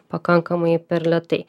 pakankamai per lėtai